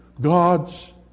God's